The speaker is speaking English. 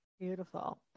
Beautiful